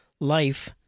life